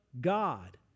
God